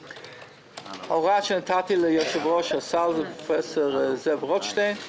הוראה שנתתי ליושב-ראש הסל, פרופ' זאב רוטשטיין,